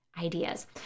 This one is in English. ideas